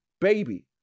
Baby